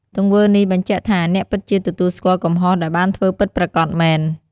ទង្វើនេះបញ្ជាក់ថាអ្នកពិតជាទទួលស្គាល់កំហុសដែលបានធ្វើពិតប្រាកដមែន។